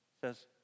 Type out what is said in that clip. says